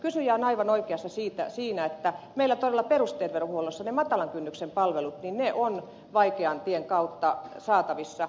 kysyjä on aivan oikeassa siinä että meillä todella perusterveydenhuollossa ne matalan kynnyksen palvelut ovat vaikean tien kautta saatavissa